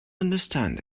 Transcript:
understand